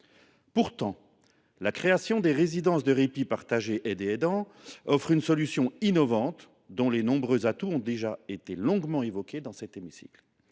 Pourtant, la création de résidences de répit partagé aidés aidants offre une solution innovante, dont les nombreux atouts ont déjà été longuement évoqués dans cet hémicycle.